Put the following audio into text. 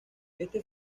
este